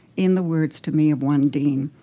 in the words to me of one dean,